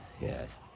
Yes